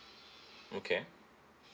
okay